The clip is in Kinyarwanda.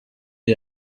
iyi